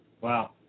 wow